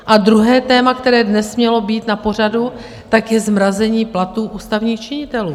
A druhé téma, které dnes mělo být na pořadu, tak je zmrazení platů ústavních činitelů.